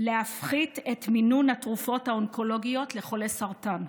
להפחית את מינון התרופות האונקולוגיות לחולי סרטן.